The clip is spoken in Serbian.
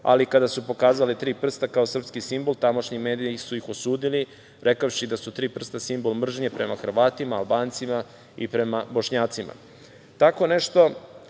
ali kada su pokazali tri prsta kao srpski simbol, tamošnji mediji su ih osudili rekavši da su tri prsta simbol mržnje prema Hrvatima, Albancima i prema Bošnjacima. Tako nešto